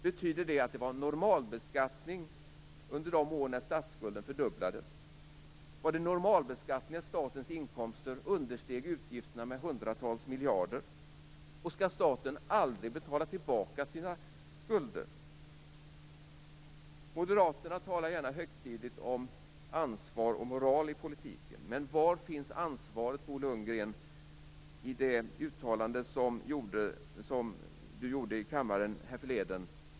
Betyder det att det var en normalbeskattning under de år när statsskulden fördubblades? Var det en normalbeskattning när statens inkomster understeg utgifterna med hundratals miljarder? Skall staten aldrig betala tillbaka sina skulder? Moderaterna talar gärna högtidligt om ansvar och moral i politiken. Men var finns ansvaret i det uttalande som Bo Lundgren gjorde i kammaren härförleden?